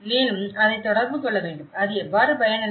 மேலும் அதை தொடர்பு கொள்ள வேண்டும் அது எவ்வாறு பயனளிக்கும்